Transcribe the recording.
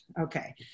Okay